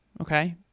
okay